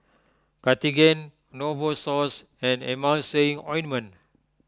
Cartigain Novosource and Emulsying Ointment